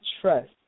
trust